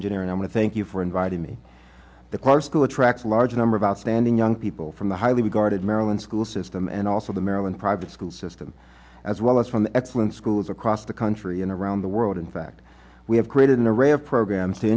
engineering i'm going to thank you for inviting me the car school attracts a large number of outstanding young people from the highly regarded maryland school system and also the maryland private school system as well as from excellent schools across the country and around the world in fact we have created an array of programs to